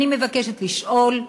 אני מבקשת לשאול: